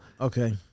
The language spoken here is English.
Okay